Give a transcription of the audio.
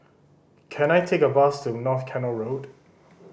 can I take a bus to North Canal Road